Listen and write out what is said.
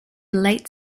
late